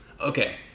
Okay